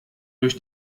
durch